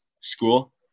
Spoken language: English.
School